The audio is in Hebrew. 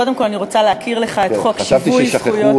קודם כול אני רוצה להכיר לך את חוק שיווי זכויות,